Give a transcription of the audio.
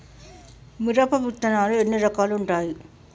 మిరప విత్తనాలు ఎన్ని రకాలు ఉంటాయి?